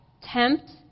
tempt